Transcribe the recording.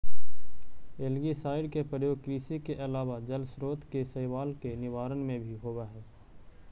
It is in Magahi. एल्गीसाइड के प्रयोग कृषि के अलावा जलस्रोत के शैवाल के निवारण में भी होवऽ हई